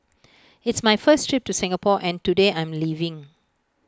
it's my first trip to Singapore and today I'm leaving